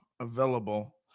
available